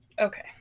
Okay